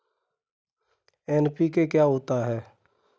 NPK क्या होता है?